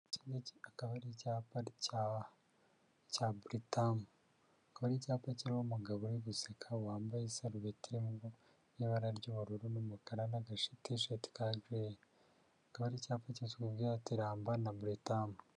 Iki ngiki akaba ari icyapa cya, cya Britam, akaba ari icyapa kiriho umugabo uri guseka, wambaye isarubeti irimo ibara ry'ubururu n'umukara, n'agatisheti ka gireyi, akaba ari icyapa kikubwira kiti ramba na Britam.